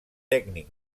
tècnic